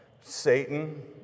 Satan